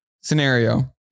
scenario